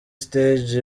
stage